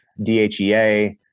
DHEA